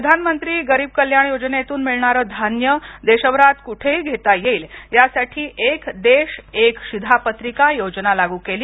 प्रधानमंत्री गरीब कल्याण योजनेतून मिळणारं धान्य देशभरात कुठेही घेता येईल यासाठी एक देश एक शिधापत्रिका योजना लागू केली